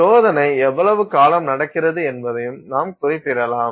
சோதனை எவ்வளவு காலம் நடக்கிறது என்பதையும் நாம் குறிப்பிடலாம்